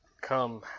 come